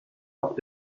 auf